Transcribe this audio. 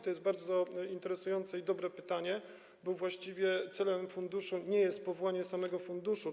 To jest bardzo interesujące i dobre pytanie, bo właściwie celem funduszu nie jest powołanie samego funduszu.